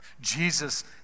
Jesus